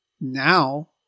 now